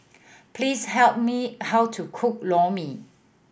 please help me how to cook Lor Mee